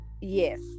yes